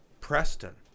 Preston